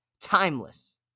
Timeless